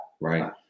Right